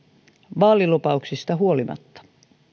vaalilupauksista huolimatta